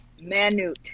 Manute